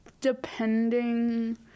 depending